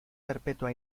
perpetua